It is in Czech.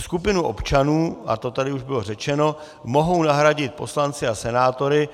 Skupinu občanů, a to tady už bylo řečeno, mohou nahradit poslanci a senátoři.